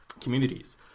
communities